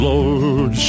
Lord